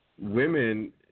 Women